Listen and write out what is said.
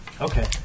Okay